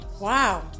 Wow